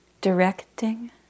directing